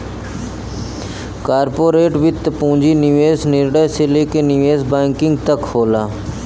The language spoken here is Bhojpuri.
कॉर्पोरेट वित्त पूंजी निवेश निर्णय से लेके निवेश बैंकिंग तक होला